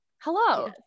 hello